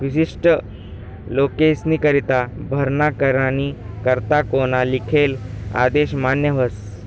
विशिष्ट लोकेस्नीकरता भरणा करानी करता कोना लिखेल आदेश मान्य व्हस